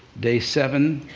day seven,